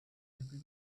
every